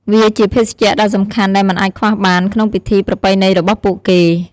វាជាភេសជ្ជៈដ៏សំខាន់ដែលមិនអាចខ្វះបានក្នុងពិធីប្រពៃណីរបស់ពួកគេ។